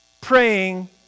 praying